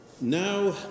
Now